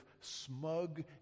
smug